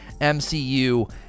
MCU